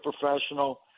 professional